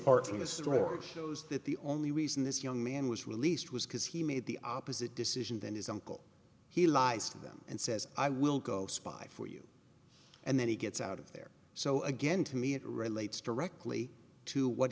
stork shows that the only reason this young man was released was because he made the opposite decision than his uncle he lies to them and says i will go spy for you and then he gets out of there so again to me it relates directly to what